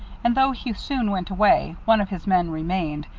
and though he soon went away, one of his men remained,